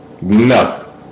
No